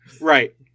Right